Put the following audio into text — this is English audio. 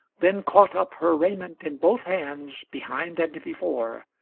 then caught up her raiment in both hands, behind and before,